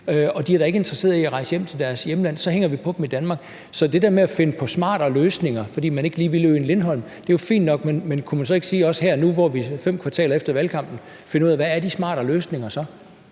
og de er da ikke interesseret i at rejse hjem til deres hjemland, og så hænger vi på dem i Danmark. Så det der med at finde på smartere løsninger, fordi man ikke lige ville øen Lindholm, er jo fint nok, men kunne man så ikke nu her fem kvartaler efter valgkampen finde ud af, hvad de smartere løsninger så